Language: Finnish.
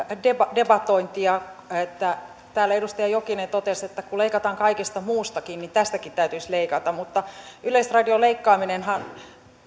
debatointia täällä edustaja jokinen totesi että kun leikataan kaikesta muustakin niin tästäkin täytyisi leikata mutta yleisradion